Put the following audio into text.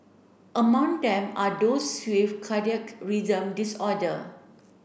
among them are those with cardiac rhythm disorder